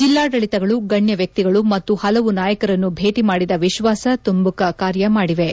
ಜಿಲ್ಲಾಡಳಿತಗಳು ಗಣ್ಯ ವಕ್ತಿಗಳು ಮತ್ತು ಹಲವು ನಾಯಕರನ್ನು ಭೇಟಿ ಮಾದಿ ವಿಶ್ಲಾಸ ತುಂಬುಕ ಕಾರ್ಯ ಮಾದಿವೆ